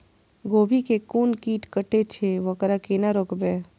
गोभी के कोन कीट कटे छे वकरा केना रोकबे?